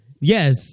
Yes